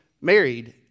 married